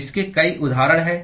तो इसके कई उदाहरण हैं